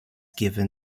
given